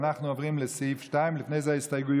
ואנחנו עוברים לסעיף 2. לפני זה ההסתייגויות,